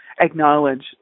acknowledge